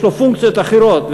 יש לו פונקציות אחרות.